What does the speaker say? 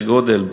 שזה סדרי-גודל,